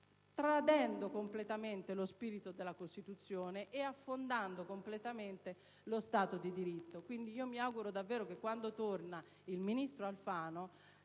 tradendo completamente lo spirito della Costituzione e affondando del tutto lo Stato di diritto. Quindi, mi auguro davvero che il ministro Alfano,